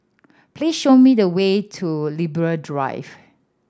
please show me the way to Libra Drive